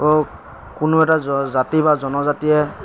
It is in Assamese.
কোনো এটা জাতি বা জনজাতিয়ে